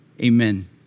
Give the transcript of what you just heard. amen